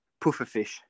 pufferfish